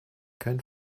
kein